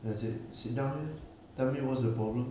that's it sit down here tell me what's the problem